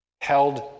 held